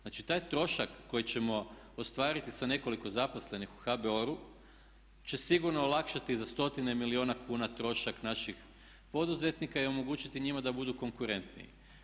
Znači taj trošak koji ćemo ostvariti sa nekoliko zaposlenih u HBOR-u će sigurno olakšati za stotine milijuna kuna trošak naših poduzetnika i omogućiti njima da budu konkurentniji.